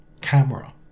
camera